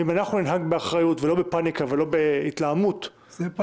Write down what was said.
אם אנחנו ננהג באחריות ולא בפניקה ולא בהתלהמות -- זאת פניקה?